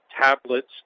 tablets